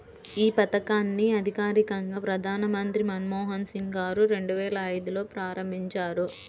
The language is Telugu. యీ పథకాన్ని అధికారికంగా ప్రధానమంత్రి మన్మోహన్ సింగ్ గారు రెండువేల ఐదులో ప్రారంభించారు